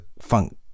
funk